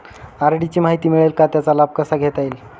RD ची माहिती मिळेल का, त्याचा लाभ कसा घेता येईल?